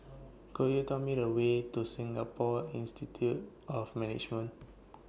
Could YOU Tell Me The Way to Singapore Institute of Management